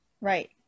Right